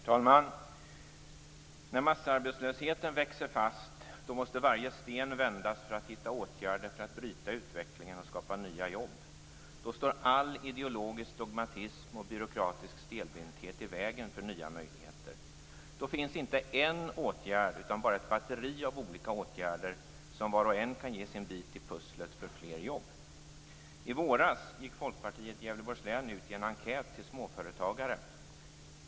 Herr talman! När massarbetslösheten växer fast måste varje sten vändas för att man skall kunna hitta åtgärder som kan bryta utvecklingen och skapa nya jobb. Då står all ideologisk dogmatism och byråkratisk stelbenthet i vägen för nya möjligheter. Då finns inte en åtgärd utan ett batteri av olika åtgärder, som var och en kan ge sin bit i pusslet för fler jobb. I våras gick Folkpartiet i Gävleborgs län ut i en enkät till småföretagare.